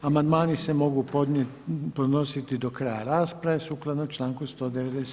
Amandmani se mogu podnositi do kraja rasprave sukladno članku 197.